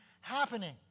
happening